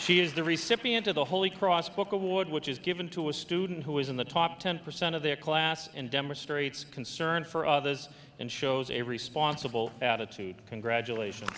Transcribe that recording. she is the recently into the holy cross book award which is given to a student who is in the top ten percent of their class and demonstrates concern for others and shows a responsible attitude congratulations